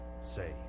say